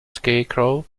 scarecrow